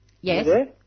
Yes